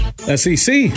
SEC